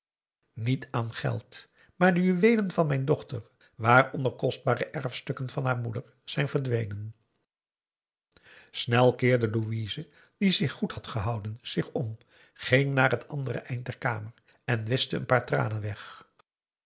niet aan geld maar de juweelen van mijn dochter waaronder kostbare erfstukken van haar moeder zijn verdwenen snel keerde louise die zich goed had gehouden zich om ging naar het andere eind der kamer en wischte een paar tranen weg